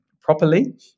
properly